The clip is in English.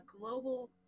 global